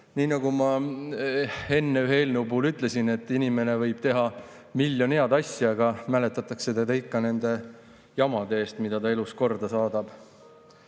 Nii nagu ma enne ühe eelnõu puhul ütlesin, inimene võib teha miljon head asja, aga mäletatakse teda ikka nende jamade järgi, mida ta elus korda saadab.